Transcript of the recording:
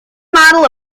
model